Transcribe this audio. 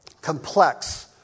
complex